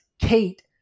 Kate